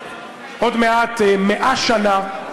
עוד מעט 100 שנה,